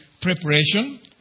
preparation